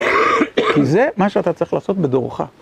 כי זה מה שאתה צריך לעשות בדורך.